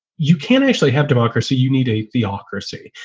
you can't actually have democracy. you need a theocracy.